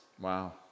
Wow